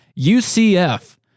UCF